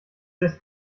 erst